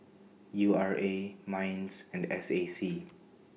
U R A Minds and S A C